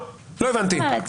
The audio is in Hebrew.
לא הבנתי.